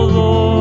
Lord